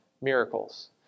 miracles